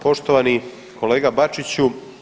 Poštovani kolega Bačiću.